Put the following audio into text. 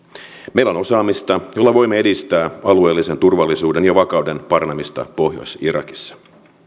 meillä on osaamista jolla voimme edistää alueellisen turvallisuuden ja vakauden paranemista pohjois irakissa